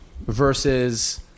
Versus